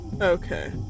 Okay